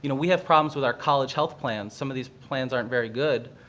you know we have problems with our college health plans, some of these plans aren't very good,